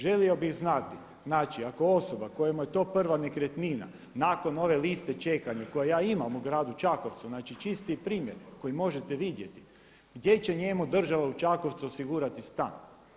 Želio bih znati, znači ako osoba kojemu je to prva nekretnina nakon ove liste čekanja koju ja imam u gradu Čakovcu, znači čisti je primjer koji možete vidjeti gdje će njemu država u Čakovcu osigurati stan.